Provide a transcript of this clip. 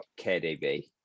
KDB